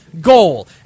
goal